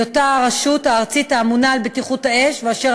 בהיותה הרשות הארצית האמונה על בטיחות האש ואשר